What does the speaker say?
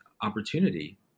opportunity